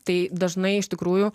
tai dažnai iš tikrųjų